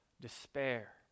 despair